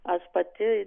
aš pati